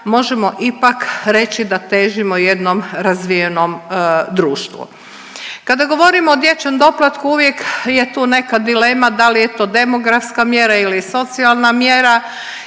možemo ipak reći da težimo jednom razvijenom društvu. Kada govorimo o dječjem doplatku uvijek je tu neka dilema da li je to demografska mjera ili socijalna mjera